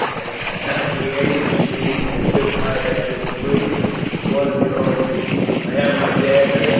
and have behaved to me as if i had been free and one of your own people. i have my dagger,